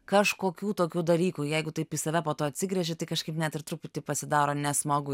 kažkokių tokių dalykų jeigu taip į save po to atsigręži tai kažkaip net ir truputį pasidaro nesmagu